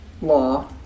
law